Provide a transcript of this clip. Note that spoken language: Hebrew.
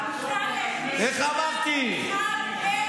אמסלם, איך אתם מטפלים בפשיעה?